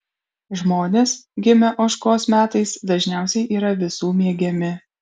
žmonės gimę ožkos metais dažniausiai yra visų mėgiami